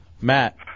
Matt